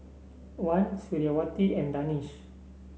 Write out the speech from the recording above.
Wan Suriawati and Danish